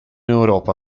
europa